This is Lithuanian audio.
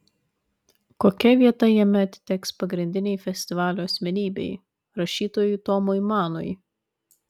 kokia vieta jame atiteks pagrindinei festivalio asmenybei rašytojui tomui manui